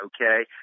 okay